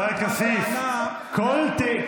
חבר הכנסת כסיף,